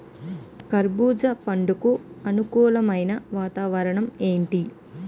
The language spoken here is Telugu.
కర్బుజ పండ్లకు అనుకూలమైన వాతావరణం ఏంటి?